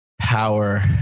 power